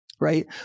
Right